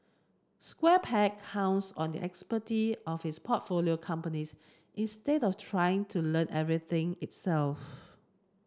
Square Peg counts on the expertise of its portfolio companies instead of trying to learn everything itself